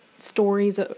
stories